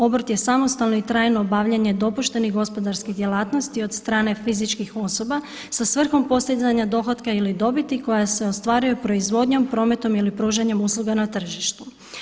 Obrt je samostalno i trajno obavljanje dopuštenih gospodarskih djelatnosti od strane fizičkih osoba sa svrhom postizanja dohotka ili dobiti koja se ostvaruje proizvodnjom, prometom ili pružanjem usluga na tržištu.